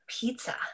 Pizza